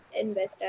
investor